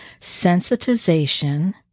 sensitization